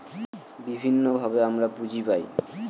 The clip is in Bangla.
বিভিন্নভাবে আমরা পুঁজি পায়